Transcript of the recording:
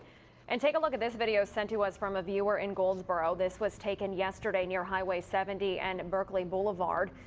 and take a look at this video sent to us from a viewer in goldsboro. this was taken yesterday near highway seventy and berkeley boulevard.